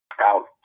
Out